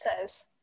says